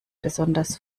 besonders